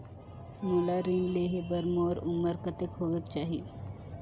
मोला ऋण लेहे बार मोर उमर कतेक होवेक चाही?